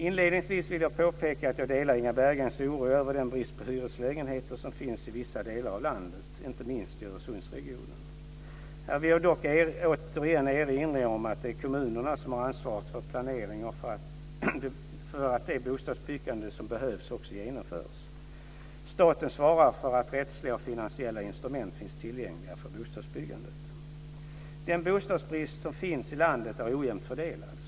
Inledningsvis vill jag påpeka att jag delar Inga Berggrens oro över den brist på hyreslägenheter som finns i vissa delar av landet, inte minst i Öresundsregionen. Här vill jag dock återigen erinra om att det är kommunerna som har ansvaret för planering och för att det bostadsbyggande som behövs också genomförs. Staten svarar för att rättsliga och finansiella instrument finns tillgängliga för bostadsbyggande. Den bostadsbrist som finns i landet är ojämnt fördelad.